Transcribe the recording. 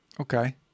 Okay